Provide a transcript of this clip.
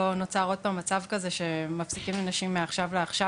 נוצר עוד הפעם מצב כזה שמפסיקים לאנשים את זה מעכשיו לעכשיו,